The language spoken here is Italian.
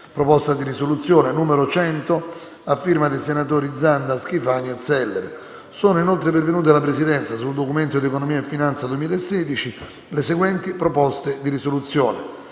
proposta di risoluzione n. 100, presentata dai senatori Zanda, Schifani e Zeller. Sono inoltre pervenute alla Presidenza, sul Documento di economia e finanza 2016, le proposte di risoluzione